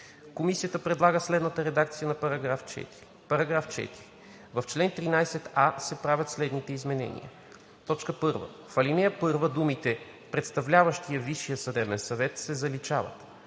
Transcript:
Комисията предлага следната редакция на § 4: „§ 4. В чл. 13а се правят следните изменения: „1. В ал. 1 думите „представляващия Висшия съдебен съвет“ се заличават.